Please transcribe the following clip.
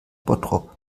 bottrop